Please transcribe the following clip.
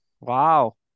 wow